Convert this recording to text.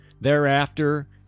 Thereafter